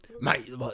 mate